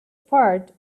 part